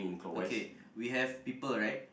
okay we have people right